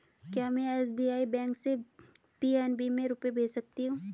क्या में SBI bank से पी.एन.बी में रुपये भेज सकती हूँ?